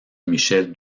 michel